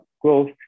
growth